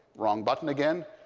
wrong button again.